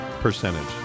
percentage